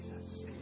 Jesus